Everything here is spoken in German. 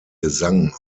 gesang